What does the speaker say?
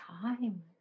time